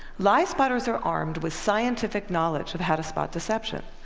liespotters are armed with scientific knowledge of how to spot deception.